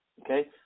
Okay